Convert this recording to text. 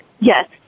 Yes